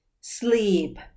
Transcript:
sleep